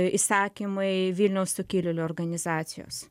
įsakymai vilniaus sukilėlių organizacijos